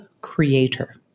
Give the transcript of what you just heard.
creator